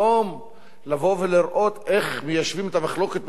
לראות איך מיישבים את המחלוקת בתוך הממשלה,